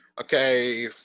Okay